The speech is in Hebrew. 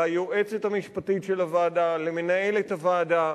ליועצת המשפטית של הוועדה, למנהלת הוועדה,